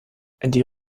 die